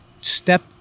step